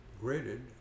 graded